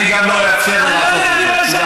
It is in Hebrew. אני גם לא אאפשר, אני לא יודע, אני רואה